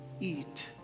eat